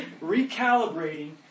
recalibrating